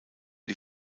die